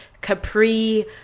Capri